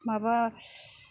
माबा